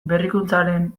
berrikuntzaren